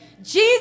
Jesus